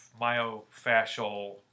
myofascial